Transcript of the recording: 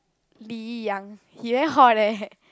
Lin Yi Yang he very hot eh